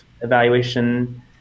evaluation